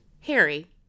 Harry